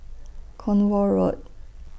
Cornwall Road